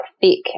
thick